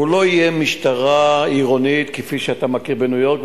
הוא לא יהיה משטרה עירונית כפי שאתה מכיר בניו-יורק,